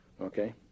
Okay